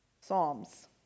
Psalms